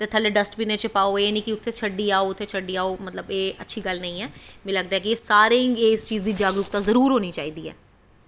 ते थ'ल्लै डस्टबीन च पाओ एह् निं ऐ कि उत्थै छड़ी आओ मतलब एह् अच्छी गल्ल नि ऐ मीं लगदा ऐ कि सारें गी इस गल्ल दी जागरुकता होनी चाहिदी ऐ